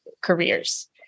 careers